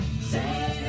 Say